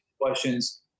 questions